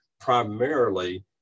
primarily